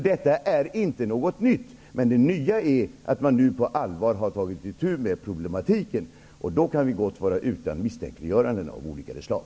Detta är inte något nytt, men det nya är att man nu på allvar har tagit itu med problematiken. Då kan vi gott vara utan misstänkliggöranden av olika slag.